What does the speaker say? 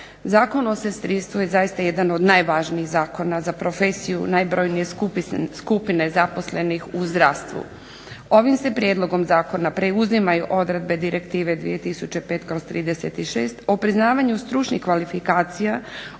Zakon o sestrinstvu je zaista jedan od najvažnijih zakona za profesiju najbrojnije skupine zaposlenih u zdravstvu. Ovim se prijedlogom zakona preuzimaju odredbe Direktive 2005/36 o priznavanju stručnih kvalifikacija